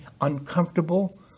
uncomfortable